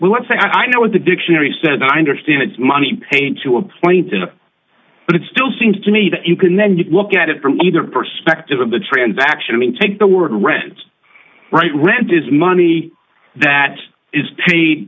well let's say i know what the dictionary said i understand it's money paid to a plaintiff but it still seems to me that you can then just look at it from either perspective of the transaction i mean take the word rent right rent is money that is paid